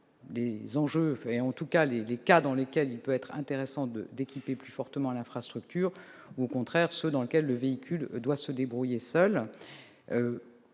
les enjeux, d'identifier les cas dans lesquels il peut être intéressant d'équiper plus lourdement l'infrastructure et ceux dans lesquels le véhicule devra se débrouiller seul,